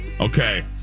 Okay